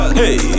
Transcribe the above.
hey